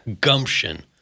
Gumption